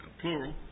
plural